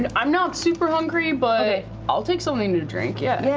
and i'm not super hungry, but i'll take something to drink, yeah.